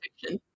fiction